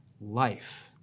life